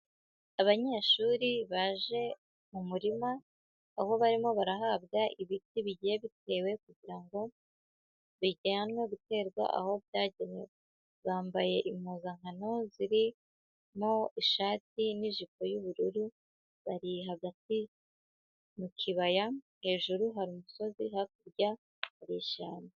Abanyeshuri baje mumurima, aho barimo barahabwa ibiti bigiye bitewe kugira ngo, bijyanwe guterwa aho byagenewe. Bambaye imponzankano zirimo ishati n'ijipo y'ubururu, bari hagati mu kibaya, hejuru hari umusozi, hakurya hari ishyamba.